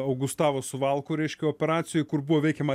augustavo suvalkų reiškia operacijoj kur buvo veikiama